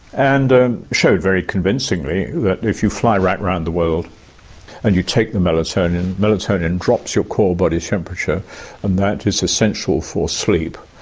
and we ah showed very convincingly that if you fly right around the world and you take the melatonin, melatonin drops your core body temperature and that is essential for sleep.